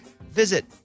visit